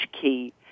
key